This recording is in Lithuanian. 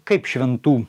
kaip šventų